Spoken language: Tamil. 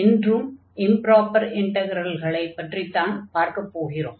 இன்றும் இம்ப்ராப்பர் இன்டக்ரல்களை பற்றித்தான் பார்க்கப் போகிறோம்